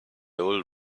old